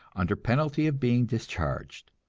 under penalty of being discharged.